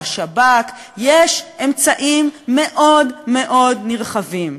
לשב"כ יש אמצעים מאוד מאוד נרחבים.